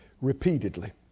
repeatedly